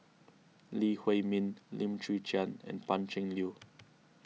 Lee Huei Min Lim Chwee Chian and Pan Cheng Lui